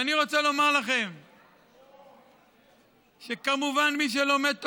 אני רוצה לומר לכם שכמובן, מי שלומד תורה,